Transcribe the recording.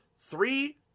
three